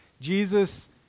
Jesus